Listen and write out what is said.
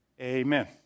Amen